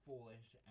foolish